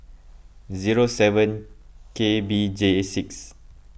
zero seven K B J six